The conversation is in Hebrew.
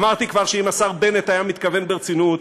אמרתי כבר שאם השר בנט היה מתכוון ברצינות,